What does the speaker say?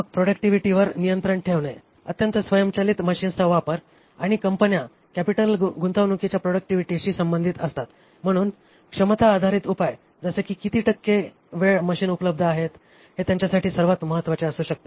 मग प्रॉडक्टिव्हिटीवर नियंत्रण ठेवणे अत्यंत स्वयंचलित मशीन्सचा वापर आणि कंपन्या कॅपिटल गुंतवणूकीच्या प्रॉडक्टिव्हिटीशी संबंधित असतात म्हणून क्षमता आधारित उपाय जसे की किती टक्के वेळ मशीन्स उपलब्ध आहेत हे त्यांच्यासाठी सर्वात महत्वाचे असू शकते